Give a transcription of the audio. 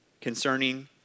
concerning